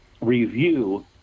review